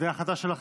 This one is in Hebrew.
זו החלטה שלכם.